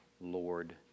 Lord